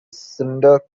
cinder